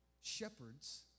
shepherds